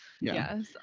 Yes